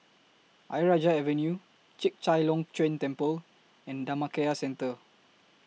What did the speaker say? Ayer Rajah Avenue Chek Chai Long Chuen Temple and Dhammakaya Centre